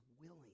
willing